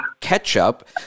ketchup